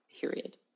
period